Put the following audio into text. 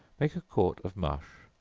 make a quart of mush,